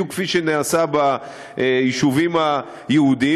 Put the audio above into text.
בדיוק כפי שנעשה ביישובים היהודיים.